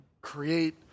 create